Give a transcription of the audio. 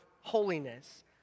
holiness